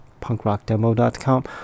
punkrockdemo.com